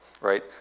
right